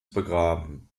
begraben